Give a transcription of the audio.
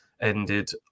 ended